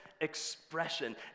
expression